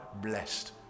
blessed